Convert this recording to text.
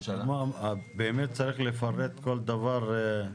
באמת צריך לפרט כל דבר.